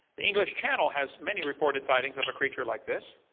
the english channel has many reported sightings of a creature like this.